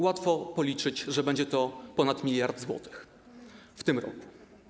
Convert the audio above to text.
Łatwo policzyć, że będzie to ponad miliard złotych w tym roku.